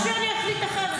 עד שאני אחליט אחרת.